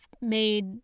made